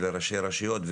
לראשי הרשויות,